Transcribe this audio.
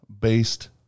based